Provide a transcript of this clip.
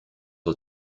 was